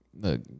Look